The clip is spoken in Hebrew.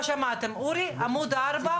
שנתת אתה לא תיתן למי שלא יעמוד בכך וכך.